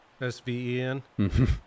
S-V-E-N